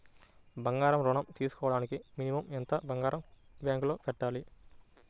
బంగారం ఋణం తీసుకోవడానికి మినిమం ఎంత బంగారం బ్యాంకులో పెట్టాలి?